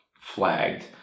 flagged